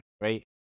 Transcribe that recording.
Right